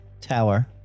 tower